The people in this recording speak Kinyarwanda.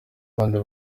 abandi